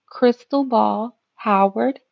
crystalballhoward